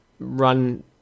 run